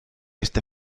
este